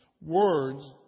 words